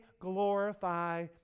glorify